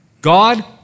God